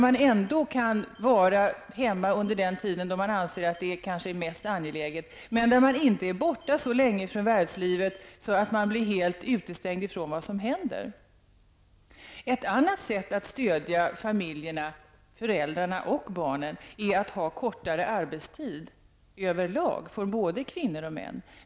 Man kan vara hemma under den tid då man anser att det är mest angeläget. Men man är inte borta från arbetslivet så länge att man blir helt utestängd ifrån vad som händer. Ett annat sätt att stödja föräldrarna och barnen är att ha kortare arbetstid överlag, för både kvinnor och män.